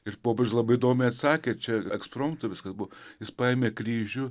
ir popiežius labai įdomiai atsakė čia ekspromtu viskas buvo jis paėmė kryžių